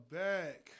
back